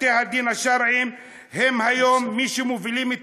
בתי-הדין השרעיים הם היום מי שמובילים את